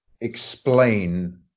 explain